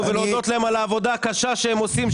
ולהודות להם על העבודה הקשה שהם עושים,